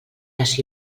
ací